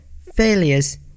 failures